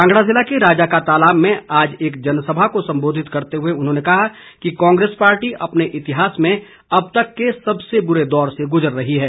कांगड़ा जिला के राजा का तालाब में आज एक जनसभा को सम्बोधित करते हुए उन्होंने कहा कि कांग्रेस पार्टी अपने इतिहास में अब तक के सबसे बुरे दौर से गुजर रही है